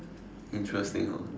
interesting orh